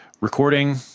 recording